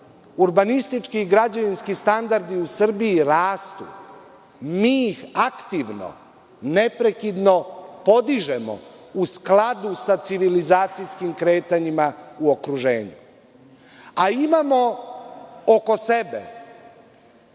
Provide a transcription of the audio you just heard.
urbanistički građevinski standardi u Srbiji rastu, mi ih aktivno neprekidno podižemo u skladu sa civilizacijskim kretanjima u okruženju, a imamo oko sebe